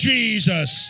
Jesus